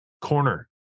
corner